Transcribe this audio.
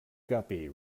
guppy